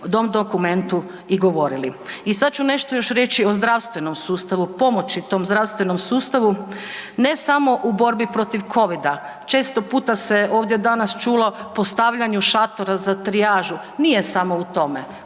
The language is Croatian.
dokumentu i govorili. I sad ću nešto još reći o zdravstvenom sustavu, pomoći tom zdravstvenom sustavu. Ne samo u borbi protiv COVID-a, često puta se ovdje danas čulo o postavljanju šatora za trijažu, nije samo u tome,